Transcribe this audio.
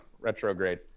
Retrograde